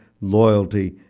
loyalty